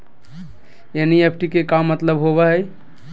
NEFT के का मतलव होव हई?